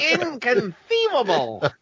Inconceivable